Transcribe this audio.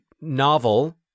Novel